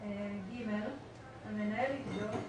(ג)המנהל יבדוק,